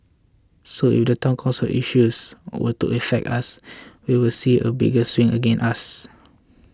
so if the Town Council issues were to affect us we will see a bigger swing against us